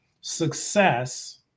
success